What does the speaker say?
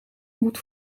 moet